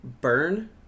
burn